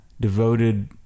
devoted